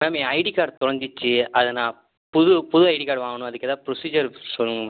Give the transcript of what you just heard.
ma'am ஏன் ID card தொலைஞ்சிடுச்சு அதை நான் புது புது ஐடி கார்டு வாங்கணும் அதுக்கு எதாவது ப்ரொசீஜர் சொல்லுங்க மேம்